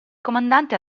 comandante